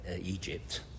Egypt